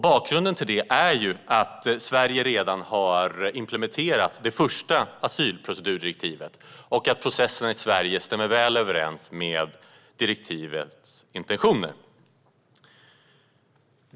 Bakgrunden till detta är att Sverige redan har implementerat det första asylprocedurdirektivet och att processerna i Sverige stämmer väl överens med direktivets intentioner.